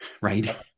right